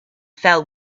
fell